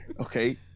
Okay